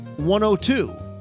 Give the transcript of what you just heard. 102